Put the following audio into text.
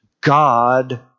God